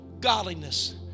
godliness